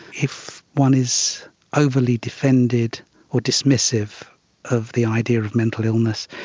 if one is overly defended or dismissive of the idea of mental illness,